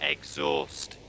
Exhaust